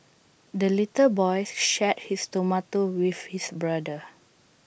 the little boy shared his tomato with his brother